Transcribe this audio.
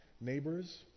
neighbors